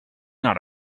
not